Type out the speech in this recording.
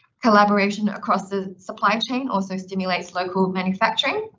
collaboration across the supply chain also stimulates local manufacturing,